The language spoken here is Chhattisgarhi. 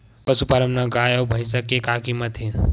पशुपालन मा गाय अउ भंइसा के का कीमत हे?